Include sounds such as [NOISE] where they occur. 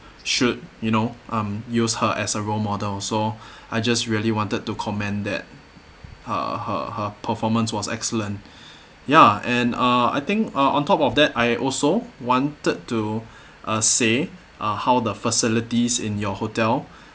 should you know um use her as a role model so [BREATH] I just really wanted to comment that her her her performance was excellent [BREATH] ya and uh I think uh on top of that I also wanted to [BREATH] uh say uh how the facilities in your hotel [BREATH]